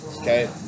okay